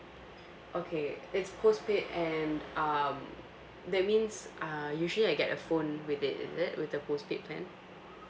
okay it's postpaid and um that means uh usually I get a phone with it is it with the postpaid plan